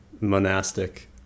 monastic